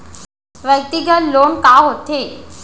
व्यक्तिगत लोन का होथे?